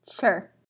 Sure